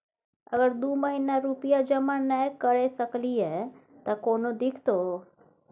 अगर दू महीना रुपिया जमा नय करे सकलियै त कोनो दिक्कतों?